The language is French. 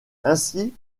ainsi